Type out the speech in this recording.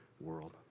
world